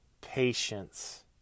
patience